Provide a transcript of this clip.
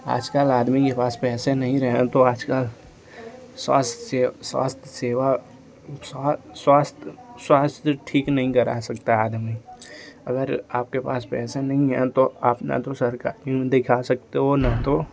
आजकल आदमी के पास पैसे नही रहे तो आजकल स्वास्थ्य से स्वास्थ्य सेवा स्वा स्वास्थ्य स्वास्थ्य नही ठीक करा सकता आदमी अगर आपके पास पैसे नहीं है तो आप न तो सरकारी में दिखा सकते हो ना तो